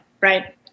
right